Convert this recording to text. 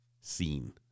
seen